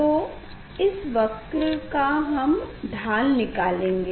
तो इस वक्र का हम ढाल निकालेंगे